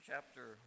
Chapter